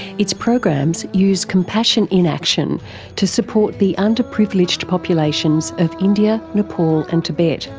its programs use compassion in action to support the underprivileged populations of india, nepal and tibet.